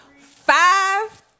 five